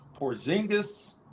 Porzingis